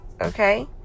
okay